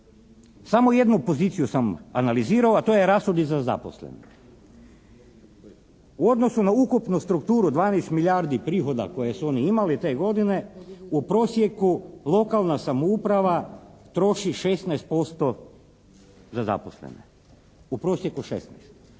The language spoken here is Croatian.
samo jednu poziciju sam analizirao a to je rashodi za zaposlene. U odnosu na ukupnu strukturu 12 milijardi prihoda koje su oni imali te godine, u prosjeku lokalna samouprava troši 16% za zaposlene, u prosjeku 16.